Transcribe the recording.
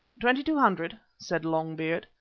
twenty-two hundred, said long-beard.